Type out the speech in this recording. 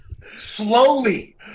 Slowly